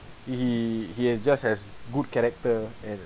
he he he has just has good character and